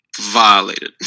violated